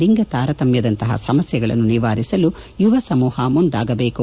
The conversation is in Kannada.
ಲಿಂಗತಾರತಮ್ಲದಂತಹ ಸಮಸ್ನೆಗಳನ್ನು ನಿವಾರಿಸಲು ಯುವ ಸಮೂಹ ಮುಂದಾಗಬೇಕು